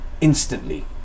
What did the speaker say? instantly